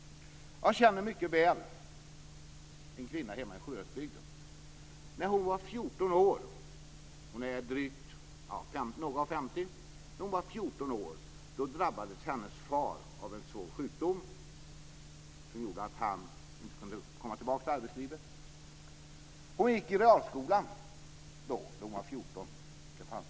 Jag känner mycket väl en kvinna hemma i Sjuhäradsbygden. När hon var 14 år, hon är drygt 50 i dag, drabbades hennes far av en svår sjukdom som gjorde att han inte kunde komma tillbaka till arbetslivet. Då, när hon var 14, gick hon i realskolan. Den fanns på den tiden.